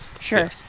sure